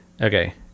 Okay